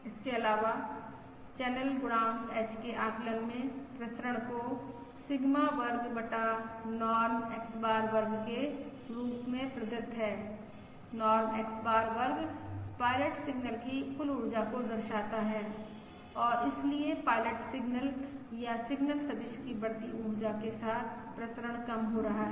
इसके अलावा चैनल गुणांक h के आकलन में प्रसरण को सिग्मा वर्ग बटा नॉर्म X बार वर्ग के रूप में प्रदत्त है नॉर्म X बार वर्ग पायलट सिग्नल की कुल ऊर्जा को दर्शाता है और इसलिए पायलट सिग्नल या पायलट सदिश की बढ़ती ऊर्जा के साथ प्रसरण कम हो रहा है